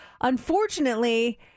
Unfortunately